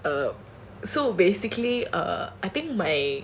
um so basically err I think my